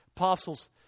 Apostles